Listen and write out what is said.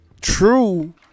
true